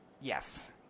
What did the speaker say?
Yes